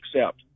accept